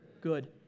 good